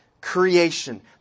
creation